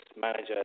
manager